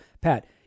Pat